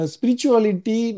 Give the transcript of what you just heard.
Spirituality